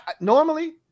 normally